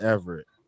Everett